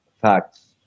facts